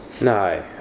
no